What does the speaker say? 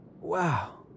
Wow